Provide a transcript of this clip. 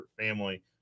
family